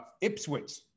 Ipswich